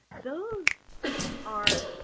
those are